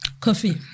Coffee